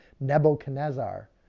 Nebuchadnezzar